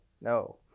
No